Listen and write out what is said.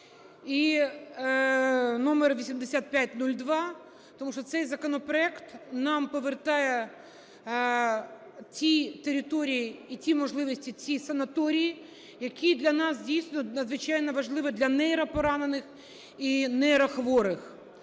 І номер 8502. Тому що цей законопроект нам повертає ті території і ті можливості, ці санаторії, які для нас, дійсно, надзвичайно важливі для нейропоранених і нейрохворих.